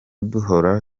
duhora